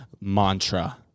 mantra